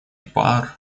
пар